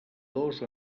dos